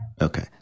Okay